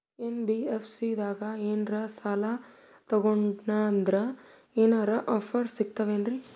NBFC ದಾಗ ಏನ್ರ ಸಾಲ ತೊಗೊಂಡ್ನಂದರ ಏನರ ಆಫರ್ ಸಿಗ್ತಾವೇನ್ರಿ?